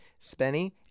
Spenny